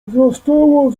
wzrastała